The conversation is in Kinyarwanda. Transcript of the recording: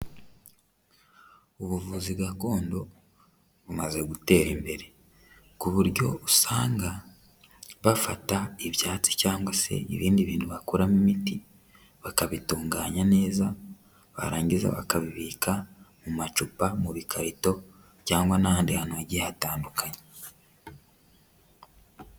Ubuvuzi gakondo bumaze gutera imbere ku buryo usanga bafata ibyatsi cyangwa se ibindi bintu bakoramo imiti, bakabitunganya neza barangiza bakabibika mu macupa mu bikarito cyangwa n'ahandi hanhanagiye hatandukanye.